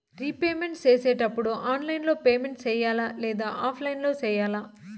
repayment సేసేటప్పుడు online లో payment సేయాలా లేదా ఆఫ్లైన్ లో సేయాలా